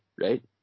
right